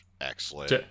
excellent